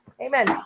Amen